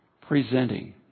Presenting